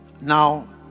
Now